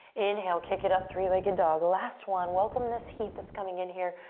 inhale, kick it up, three-legged dog. last one, welcome this heat that's coming in here.